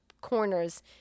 corners